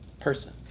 person